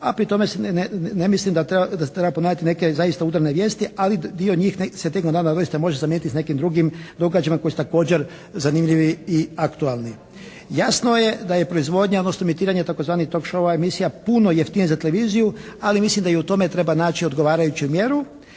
a pri tome se ne misli da treba ponavljati zaista udarne vijesti, ali dio njih se tijekom dana doista može zamijeniti s nekim drugim događajima koji su također zanimljivi i aktualni. Jasno je da je proizvodnja, odnosno emitiranje tzv. talk show emisija puno jeftiniji za televiziju, ali mislim da i u tome treba naći odgovarajuću mjeru